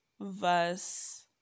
verse